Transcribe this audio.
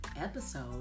episode